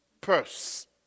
purse